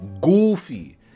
goofy